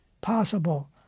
possible